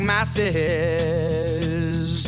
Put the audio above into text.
masses